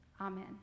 Amen